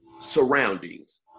surroundings